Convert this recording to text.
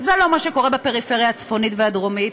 זה לא מה שקורה בפריפריה הצפונית והדרומית.